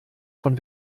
von